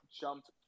jumped